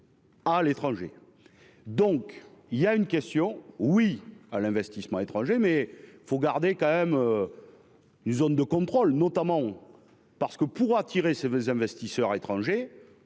À l'étranger. Donc il y a une question, oui à l'investissement étranger mais faut garder quand même. Une zone de contrôle notamment parce que pour attirer ses voeux investisseurs étrangers.